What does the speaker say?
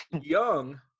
young